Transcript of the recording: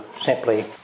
simply